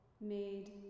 made